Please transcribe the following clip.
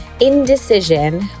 indecision